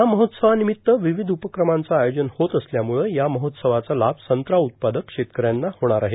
या महोत्सर्वार्नामत्त र्वावध उपक्रमाचं आयोजन होत असल्यामुळं या महोत्सवाचा लाभ संत्रा उत्पादक शेतकऱ्यांना होणार आहे